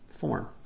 form